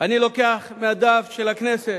אני לוקח מהדף של הכנסת.